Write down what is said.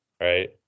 right